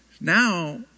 now